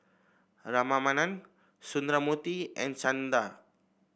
Ramanand Sundramoorthy and Chanda